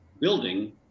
building